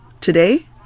today